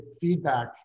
feedback